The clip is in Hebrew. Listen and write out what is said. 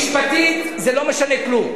משפטית זה לא משנה כלום,